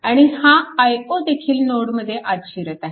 आणि हा i0 देखील नोडमध्ये आत शिरत आहे